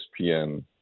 ESPN